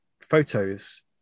photos